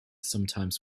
sometimes